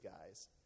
guys